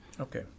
Okay